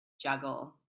juggle